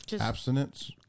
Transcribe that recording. abstinence